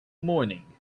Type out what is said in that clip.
morning